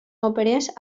òperes